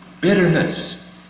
Bitterness